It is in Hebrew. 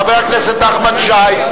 חבר הכנסת נחמן שי,